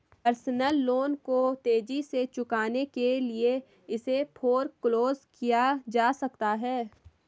personal loan को तेजी से चुकाने के लिए इसे फोरक्लोज किया जा सकता है